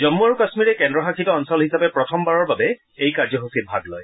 জম্মু আৰু কাশ্মীৰে কেন্দ্ৰ শাসিত অঞ্চল হিচাপে প্ৰথমবাৰৰ বাবে এই কাৰ্যসূচীত ভাগ লয়